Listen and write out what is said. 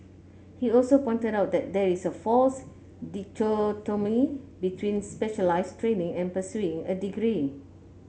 he also pointed out that there is a false between specialised training and pursuing a degree